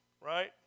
Right